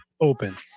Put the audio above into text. open